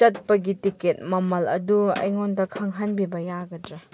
ꯆꯠꯄꯒꯤ ꯇꯤꯀꯦꯠ ꯃꯃꯜ ꯑꯗꯨ ꯑꯩꯉꯣꯟꯗ ꯈꯪꯍꯟꯕꯤꯕ ꯌꯥꯒꯗ꯭ꯔꯥ